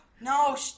No